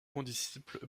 condisciples